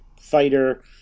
fighter